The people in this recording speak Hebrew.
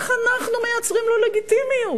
איך אנחנו מייצרים לו לגיטימיות?